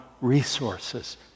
resources